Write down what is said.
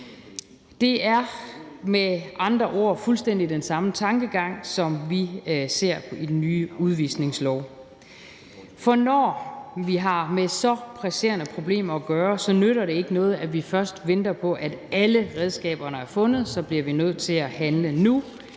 Det er med andre ord fuldstændig den samme tankegang, som vi ser i det nye udvisningslovforslag. For når vi har med så presserende problemer at gøre, nytter det ikke noget, at vi først venter på, at alle redskaberne er fundet. Så bliver vi nødt til at handle nu,